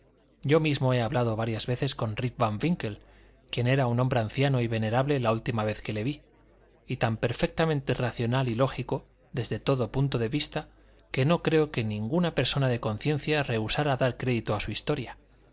yo mismo he hablado varias veces con rip van winkle quien era un hombre anciano y venerable la última vez que le vi y tan perfectamente racional y lógico desde todo punto de vista que no creo que ninguna persona de conciencia rehusara dar crédito a su historia